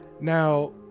now